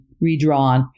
redrawn